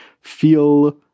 feel